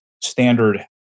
standard